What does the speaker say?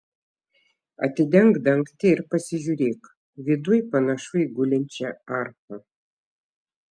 atidenk dangtį ir pasižiūrėk viduj panašu į gulinčią arfą